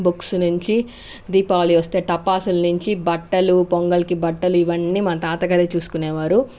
books నుంచి దీపావళి వస్తే టపాసులు నుంచి బట్టలు పొంగల్కి బట్టలు ఇవన్నీ మా తాతగారే చూసుకునేవారు